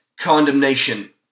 Condemnation